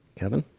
kevin